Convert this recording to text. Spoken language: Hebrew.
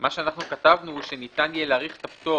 מה שאנחנו כתבנו, שניתן יהיה להאריך את הפטור